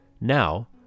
Now